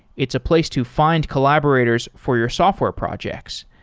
it's a place to find collaborators for your software projects.